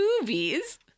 movies